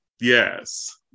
Yes